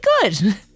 good